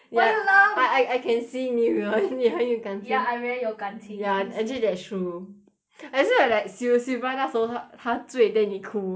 I why you laugh I I I can see 你们你很有感情 ya I very 有感情 ya actually that's true I swear like sil~ silvia 那时候她她醉 then 你哭